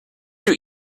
you